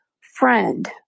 friend